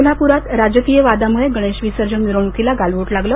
कोल्हापुरात राजकीय बादामुळे गणेशविसर्जन मिरवणुकिला गालबोट लागलं